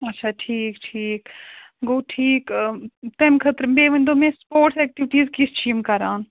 اَچھا ٹھیٖک ٹھیٖک گوٚو ٹھیٖک تَمہِ خٲطرٕ بیٚیہِ ؤنۍتو مےٚ سپورٹس ایٚکٹِوِٹیٖز کِژھ چھِ یِم کَران